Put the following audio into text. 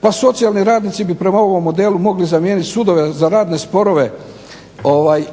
pa socijalni radnici bi prema ovom modelu mogli zamijeniti sudove za radne sporove